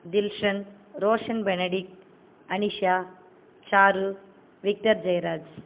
Dilshan Roshan Benedict Anisha Charu Victor Jayaraj